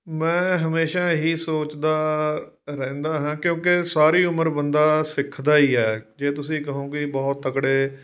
ਮੈਂ ਹਮੇਸ਼ਾ ਇਹੀ ਸੋਚਦਾ ਰਹਿੰਦਾ ਹਾਂ ਕਿਉਂਕਿ ਸਾਰੀ ਉਮਰ ਬੰਦਾ ਸਿੱਖਦਾ ਹੀ ਹੈ ਜੇ ਤੁਸੀਂ ਕਹੋਂਗੇ ਬਹੁਤ ਤਕੜੇ